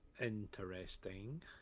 interesting